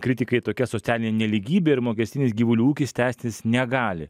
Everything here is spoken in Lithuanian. kritikai tokia socialinė nelygybė ir mokestinis gyvulių ūkis tęstis negali